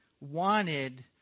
wanted